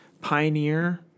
pioneer